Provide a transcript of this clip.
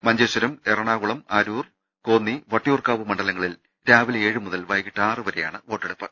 Manjeshwaram Ernakulam Aroor Konni Vattiyoorkavu മണ്ഡലങ്ങളിൽ രാവിലെ ഏഴ് മുതൽ വൈകീട്ട് ആറു വരെയാണ് വോട്ടെടുപ്പ്